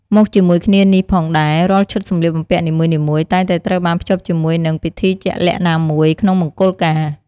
មកជាមួយគ្នានេះផងដែរ រាល់ឈុតសម្លៀកបំពាក់នីមួយៗ តែងតែត្រូវបានភ្ជាប់ជាមួយនឹង ពិធីជាក់លាក់ណាមួយ ក្នុងមង្គលការ។